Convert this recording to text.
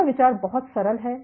यह विचार बहुत सरल है